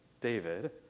David